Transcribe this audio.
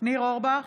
ניר אורבך,